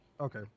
okay